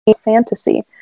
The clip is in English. fantasy